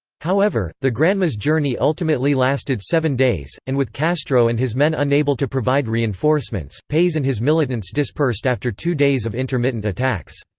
however, the granma's journey ultimately lasted seven days, and with castro and his men unable to provide reinforcements, pais and his militants dispersed after two days of intermittent attacks.